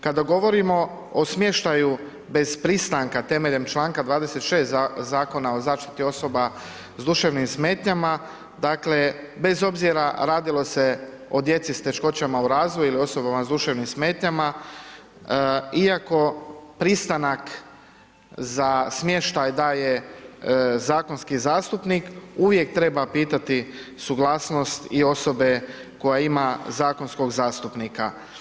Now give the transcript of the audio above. Kada govorimo o smještaju bez pristanka temeljem čl. 26 Zakona o zaštiti osoba s duševnim smetnjama, dakle, bez obzira radilo se o djeci s teškoćama u razvoju ili osobama s duševnim smetnjama, iako pristanak za smještaj daje zakonski zastupnik, uvijek treba pitati suglasnost i osobe koja ima zakonskog zastupnika.